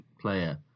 player